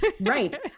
right